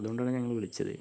അതുകൊണ്ടാണ് ഞങ്ങൾ വിളിച്ചതേ